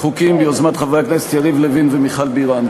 החוקים הם ביוזמת חברי הכנסת יריב לוין ומיכל בירן.